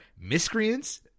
Miscreants